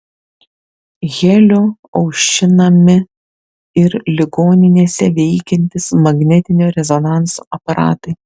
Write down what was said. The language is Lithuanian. heliu aušinami ir ligoninėse veikiantys magnetinio rezonanso aparatai